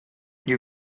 you